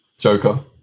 Joker